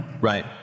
Right